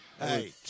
Hey